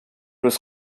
was